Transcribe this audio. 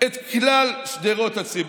את כלל שדרות הציבור.